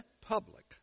public